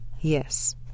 Yes